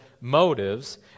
motives